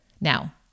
Now